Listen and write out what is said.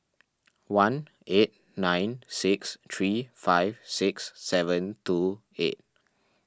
one eight nine six three five six seven two eight